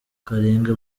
karenge